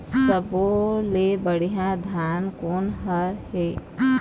सब्बो ले बढ़िया धान कोन हर हे?